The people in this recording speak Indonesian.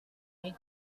ini